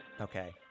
Okay